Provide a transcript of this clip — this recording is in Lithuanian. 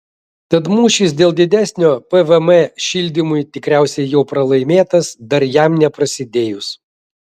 tad mūšis dėl didesnio pvm šildymui tikriausiai jau pralaimėtas dar jam neprasidėjus